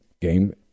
game